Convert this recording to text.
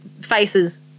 faces